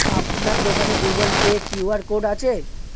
আপনার দোকানে Google Pay QR code আছে?